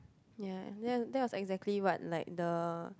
ya that that's was exactly what like the